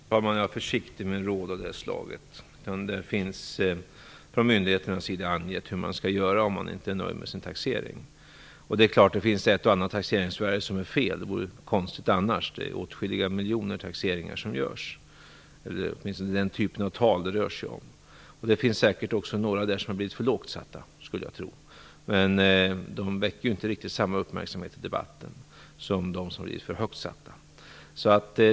Fru talman! Jag är försiktig med råd av det slaget. Det finns från myndigheternas sida angivet hur man skall göra, om man inte är nöjd med sin taxering. Det är klart att det finns ett och annat taxeringsvärde som är felaktigt. Det vore konstigt annars. Det rör sig om åtskilliga miljoner taxeringar, och jag skulle tro att det också finns några som har blivit för lågt satta, men de väcker ju inte riktigt samma uppmärksamhet i debatten som de som blivit för högt satta.